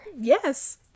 Yes